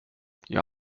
jag